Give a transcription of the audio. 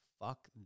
fuck